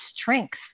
strength